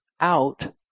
out